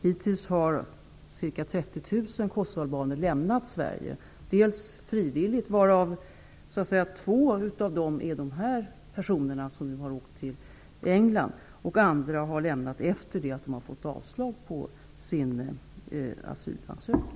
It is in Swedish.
Hittills har ca 30 000 kosovoalbaner lämnat Sverige, delvis frivilligt, av vilka de två som det här ärendet gäller har åkt till England. Andra har lämnat Sverige efter det att de har fått avslag på sin asylansökan.